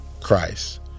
Christ